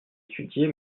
étudier